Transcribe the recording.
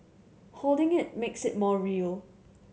holding it makes it more real